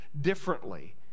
differently